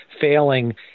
failing